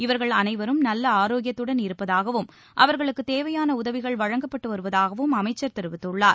இவர்கள் அனைவரும் நல்ல ஆரோக்கியத்துடன் இருப்பதாகவும் அவர்களுக்குத் தேவையான உதவிகள் வழங்கப்பட்டு வருவதாகவும் அமைச்சர் தெரிவித்துள்ளார்